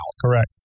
Correct